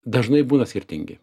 dažnai būna skirtingi